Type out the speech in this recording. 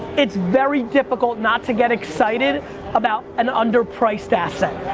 it's very difficult not to get excited about an under priced asset.